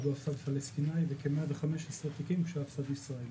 הפלסטיני ו-115 תיקים של הפס"ד ישראלי.